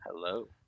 Hello